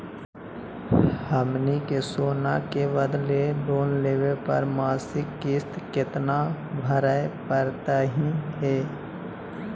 हमनी के सोना के बदले लोन लेवे पर मासिक किस्त केतना भरै परतही हे?